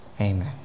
Amen